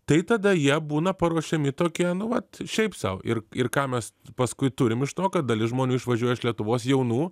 tai tada jie būna paruošiami tokie nu vat šiaip sau ir ir ką mes paskui turim iš to kad dalis žmonių išvažiuoja iš lietuvos jaunų